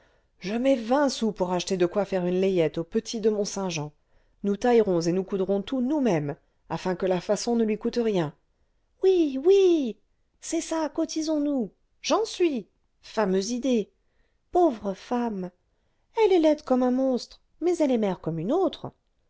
je mets vingt sous pour acheter de quoi faire une layette au petit de mont-saint-jean nous taillerons et nous coudrons tout nous-mêmes afin que la façon ne lui coûte rien oui oui c'est ça cotisons nous j'en suis fameuse idée pauvre femme elle est laide comme un monstre mais elle est mère comme une autre